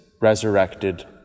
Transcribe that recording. resurrected